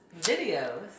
videos